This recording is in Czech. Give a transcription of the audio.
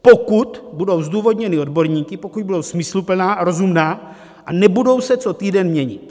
Pokud budou zdůvodněna odborníky, pokud budou smysluplná a rozumná a nebudou se co týden měnit.